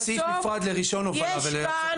יש סעיף נפרד לרישיון הובלה ולהחזקה.